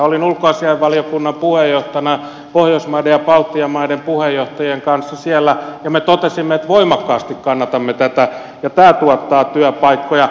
olin ulkoasiainvaliokunnan puheenjohtajana pohjoismaiden ja baltian maiden puheenjohtajien kanssa siellä ja me totesimme että voimakkaasti kannatamme tätä ja tämä tuottaa työpaikkoja